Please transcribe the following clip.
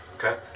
Okay